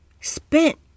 spent